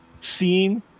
scene